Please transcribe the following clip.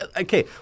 Okay